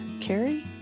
Carrie